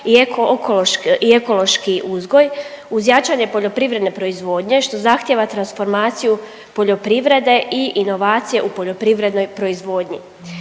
i ekološki uzgoj uz jačanje poljoprivredne proizvodnje što zahtijeva transformaciju poljoprivrede i inovacije u poljoprivrednoj proizvodnji.